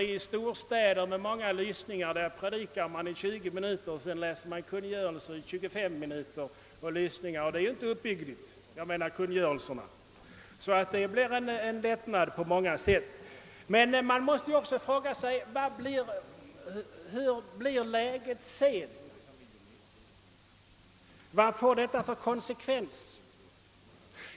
I storstäderna, där det är många lysningar, Predikar prästen i 20 minuter och läser 4= — Andra kammarens protokoll 1968 därpå kungörelser och lysningar i 25 minuter vilket senare inte precis är uppbyggligt. Det blir alltså en lättnad på många sätt. Men man måste också fråga sig: Hur blir läget sedan? Vad får denna reform för konsekvens?